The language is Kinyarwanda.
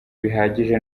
bihagije